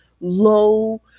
low